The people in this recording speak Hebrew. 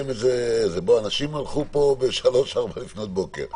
אנשים הלכו הביתה ב-03:00 לפנות בוקר.